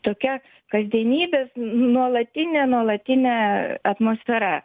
tokia kasdienybės nuolatinė nuolatinė atmosfera